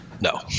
No